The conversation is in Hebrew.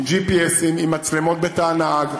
עם GPS, עם מצלמות בתא הנהג,